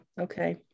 Okay